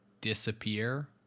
disappear